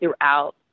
throughout